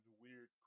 weird